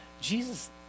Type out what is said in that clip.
Jesus